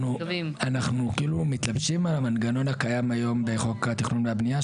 אנחנו כאילו מתלבשים על המנגנון הקיים היום בחוק התכנון והבנייה,